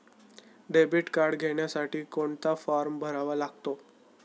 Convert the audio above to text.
Debit card घेण्यासाठी कोणता form भरावा लागतो?